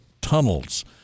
tunnels